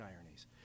ironies